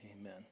amen